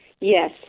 Yes